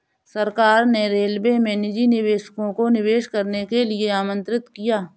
सरकार ने रेलवे में निजी निवेशकों को निवेश करने के लिए आमंत्रित किया